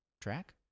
track